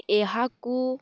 ଏହାକୁ